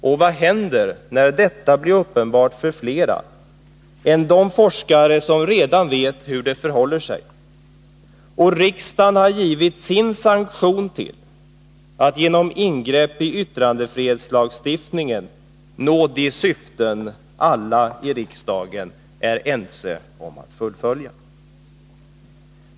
Och vad händer, när detta blir uppenbart för fler än de forskare som redan vet hur det förhåller sig och riksdagen har gett sin sanktion till att genom ingrepp i yttrandefrihetslagstiftningen nå de syften alla är ense om?